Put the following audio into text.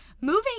moving